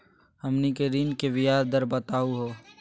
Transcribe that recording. हमनी के ऋण के ब्याज दर बताहु हो?